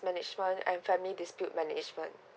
management and family dispute management